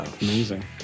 Amazing